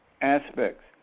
aspects